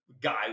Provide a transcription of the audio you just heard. guy